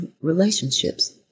relationships